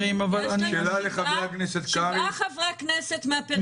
יש לנו שבעה חברי כנסת מהפריפריה,